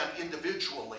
individually